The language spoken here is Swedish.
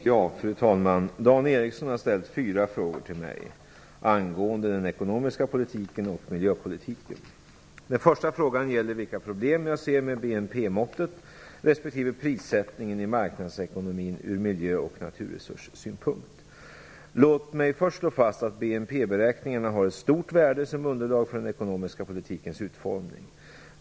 Fru talman! Dan Ericsson har ställt fyra frågor till mig angående den ekonomiska politiken och miljöpolitiken. Den första frågan gäller vilka problem jag ser med BNP-måttet respektive prissättningen i marknadsekonomin ur miljö och naturresurssynpunkt. Låt mig först slå fast att BNP-beräkningarna har ett stort värde som underlag för den ekonomiska politikens utformning.